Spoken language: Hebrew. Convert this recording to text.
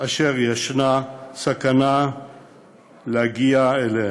אשר יש סכנה להגיע אליהן,